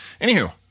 Anywho